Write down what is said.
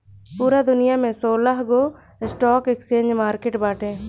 पूरा दुनिया में सोलहगो स्टॉक एक्सचेंज मार्किट बाटे